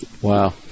Wow